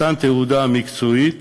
מתן תעודה מקצועית